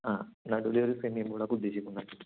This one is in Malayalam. ആ എന്നാണ് ഡെലിവറി ഉദ്ദേശിക്കുന്നു